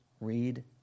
Read